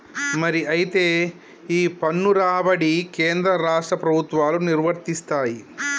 మరి అయితే ఈ పన్ను రాబడి కేంద్ర రాష్ట్ర ప్రభుత్వాలు నిర్వరిస్తాయి